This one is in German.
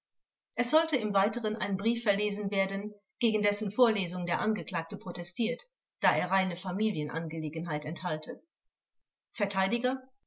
es sollte im weiteren ein brief verlesen werden gegen dessen vorlesung der angeklagte protestiert da er reine familienangelegenheit enthalte